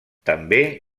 també